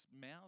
mouth